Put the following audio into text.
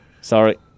Sorry